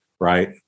Right